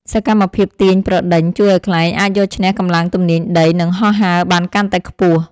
សកម្មភាព ទាញប្រដេញ ជួយឱ្យខ្លែងអាចយកឈ្នះកម្លាំងទំនាញដី និងហោះហើរបានកាន់តែខ្ពស់។